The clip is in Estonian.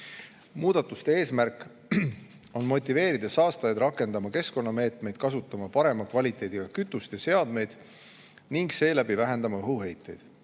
Muudatuste eesmärk on motiveerida saastajaid rakendama keskkonnameetmeid, kasutama parema kvaliteediga kütust ja seadmeid ning seeläbi vähendama õhuheidet.